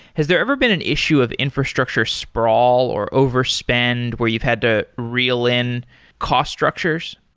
has there ever been an issue of infrastructure sprawl, or overspend where you've had to reel in cost structures?